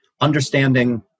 understanding